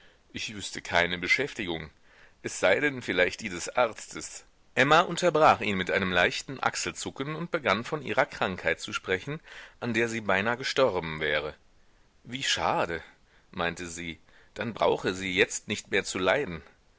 ich wüßte keine beschäftigung es sei denn vielleicht die des arztes emma unterbrach ihn mit einem leichten achselzucken und begann von ihrer krankheit zu sprechen an der sie beinah gestorben wäre wie schade meinte sie dann brauche sie jetzt nicht mehr zu leiden